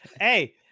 Hey